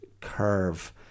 curve